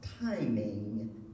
timing